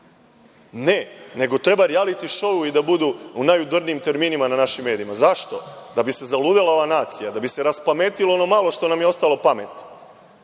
Ne, nego treba rijaliti šouovi da budu u najudarnijim terminima na našim medijima. Zašto? Da bi se zaludela ova nacija, da bi se raspametilo ono malo što nam je ostalo pameti,